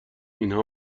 اینها